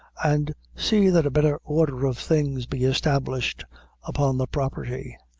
and see that a better order of things be established upon the property.